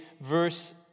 verse